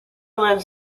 lives